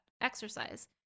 exercise